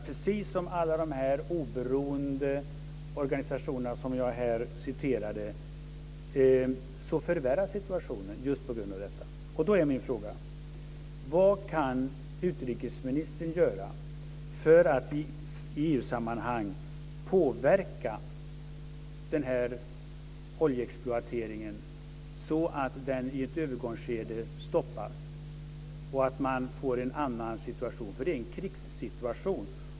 Precis som alla de oberoende organisationer som jag här nämnde har sagt förvärras situationen just på grund av detta. Då är min fråga: Vad kan utrikesministern göra för att i EU-sammanhang påverka den här oljeexploateringen så att den i ett övergångsskede stoppas och att man får en annan situation? Det är en krigssituation.